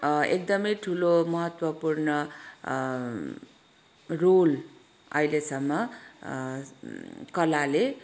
एकदमै ठुलो महत्त्वपूर्ण रोल अहिलेसम्म कलाले